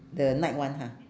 the night one ha